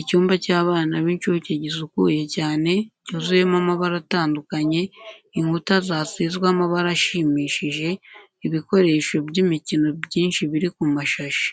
Icyumba cy’abana b’incuke gisukuye cyane, cyuzuyemo amabara atandukanye, inkuta zasizwe amabara ashimishije, ibikoresho by’imikino byinshi biri ku mashashi.